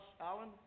Alan